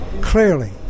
clearly